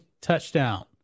touchdown